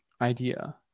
idea